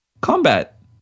combat